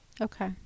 Okay